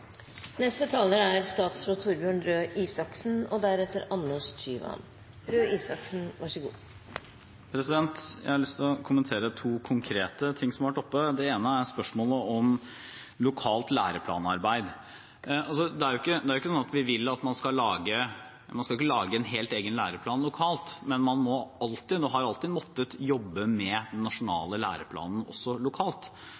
Jeg har lyst til å kommentere to konkrete ting som har vært oppe. Det ene er spørsmålet om lokalt læreplanarbeid. Man skal ikke lage en helt egen læreplan lokalt, men man har jo alltid måttet jobbe med den nasjonale læreplanen også lokalt. Så er det selvfølgelig slik at jo mer detaljert en nasjonal læreplan er, jo mindre lokalt arbeid er det. Jeg mener at det har